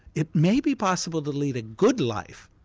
it may be possible to lead a good life,